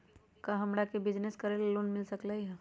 का हमरा के बिजनेस करेला लोन मिल सकलई ह?